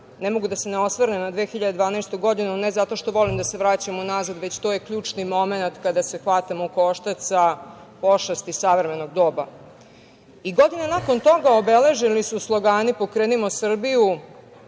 mogu da se ne osvrnem na 2012. godinu, ne zato što volim da se vraćam unazad, već to je ključni momenat kada se hvatamo u koštac sa pošasti savremenog doba. I godina nakon toga obeležili su slogani „pokrenimo Srbiju“,